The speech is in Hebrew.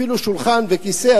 אפילו לא שולחן וכיסא,